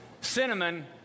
cinnamon